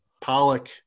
Pollock